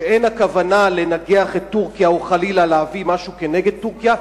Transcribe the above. שאין הכוונה לנגח את טורקיה או חלילה להביא משהו נגד טורקיה,